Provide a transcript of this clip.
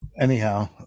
Anyhow